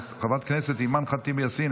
חברת הכנסת אימאן ח'טיב יאסין,